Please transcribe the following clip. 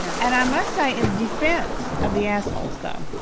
and i must say in defense of the assholes, though,